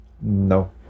No